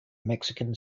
mexican